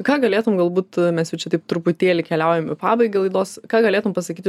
ką galėtum galbūt mes jau čia taip truputėlį keliaujam į pabaigą laidos ką galėtum pasakyti